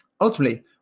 ultimately